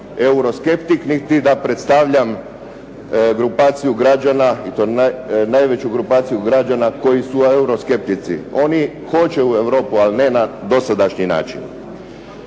niti da predstavljam grupaciju građana i to najveću grupaciju građana koji su euroskeptici. Oni hoće u Europu ali ne na dosadašnji način.